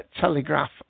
Telegraph